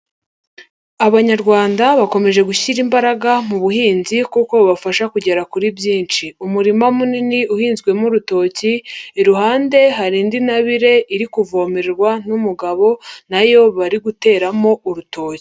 Abanyarwanda bakomeje gushyira imbaraga mu buhinzi kuko bubafasha kugera kuri byinshi. Umurima munini uhinzwemo urutoki, iruhande hari indi ntabire iri kuvomererwa n'umugabo na yo bari guteramo urutoki.